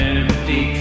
empty